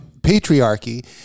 patriarchy